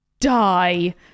die